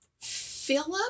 Philip